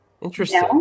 Interesting